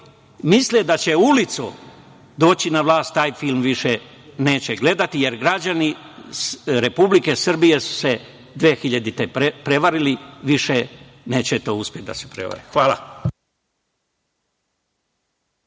misle da će ulicom doći na vlast taj film više neće gledati, jer građani Republike Srbije su se 2000. godine previli. Više neće uspeti da se prevare. Hvala.